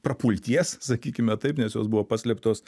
prapulties sakykime taip nes jos buvo paslėptos